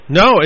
no